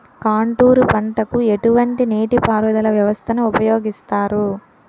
Contour పంటకు ఎటువంటి నీటిపారుదల వ్యవస్థను ఉపయోగిస్తారు?